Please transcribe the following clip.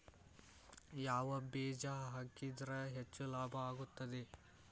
ಯಾವ ಬೇಜ ಹಾಕಿದ್ರ ಹೆಚ್ಚ ಲಾಭ ಆಗುತ್ತದೆ?